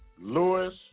Lewis